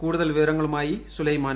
കൂടുതൽ വിവരങ്ങളുമായി സുലൈമാൻ